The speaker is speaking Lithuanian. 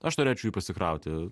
aš norėčiau jį pasikrauti